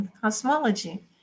cosmology